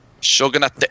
Shogunate